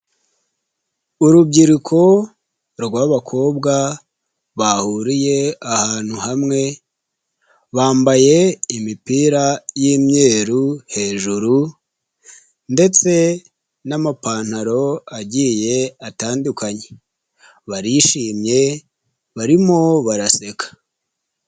Urubyiruko rw'abakobwa bahuriye ahantu hamwe bambaye imipira y'imyeru hejuru ndetse n'amapantaro agiye atandukanye barishimye barimo baraseka.